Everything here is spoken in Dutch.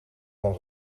van